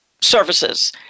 services